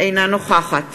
אינה נוכחת